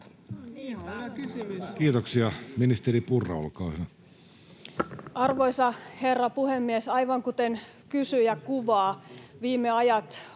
Kiitoksia. — Ministeri Purra, olkaa hyvä. Arvoisa herra puhemies! Aivan kuten kysyjä kuvaa, viime ajat